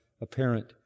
apparent